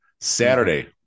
Saturday